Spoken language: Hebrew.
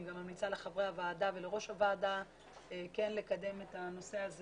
גם ממליצה לחברי הוועדה ולראש הוועדה כן לקדם את הנושא הזה